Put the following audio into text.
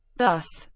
thus,